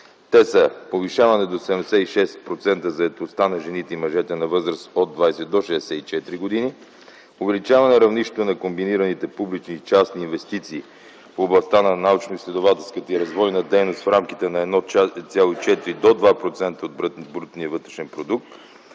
Те са: повишаване до 76% заетостта на жените и мъжете на възраст от 20 до 64 години; увеличаване равнището на комбинираните публични и частни инвестиции в областта на научноизследователската и развойната дейност в рамките на 1,4 до 2% от брутния вътрешен продукт;